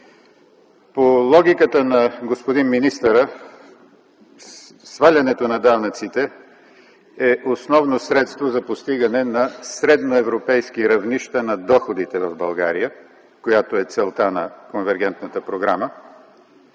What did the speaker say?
По логиката на господин министъра свалянето на данъците е основно средство за постигане на средноевропейски равнища на доходите в България, която е целта на Конвергентната програма,